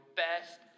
best